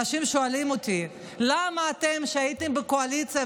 אנשים שואלים אותי: למה אתם, שהייתם בקואליציה,